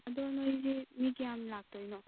ꯑꯗꯣ ꯅꯣꯏꯁꯦ ꯃꯤ ꯀꯌꯥꯝ ꯂꯥꯛꯇꯣꯏꯅꯣ